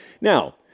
Now